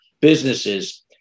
businesses